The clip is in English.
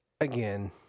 Again